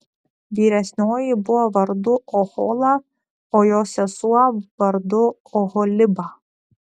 vyresnioji buvo vardu ohola o jos sesuo vardu oholiba